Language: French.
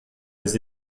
des